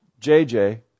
JJ